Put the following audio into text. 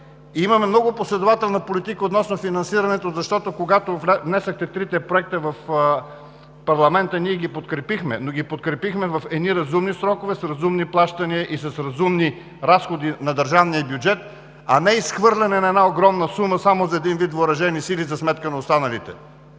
Имаме много последователна политика относно финансирането, защото, когато внесохте трите проекта в парламента, ние ги подкрепихме, но ги подкрепихме в едни разумни срокове, с разумни плащания и с разумни разходи на държавния бюджет, а не изхвърляне на една огромна сума само за един вид въоръжени сили за сметка на останалите.